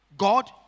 God